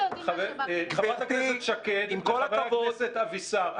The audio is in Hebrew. חברת הכנסת שקד וחבר הכנסת אבידר,